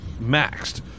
maxed